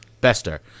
Bester